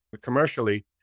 commercially